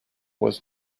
was